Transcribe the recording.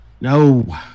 No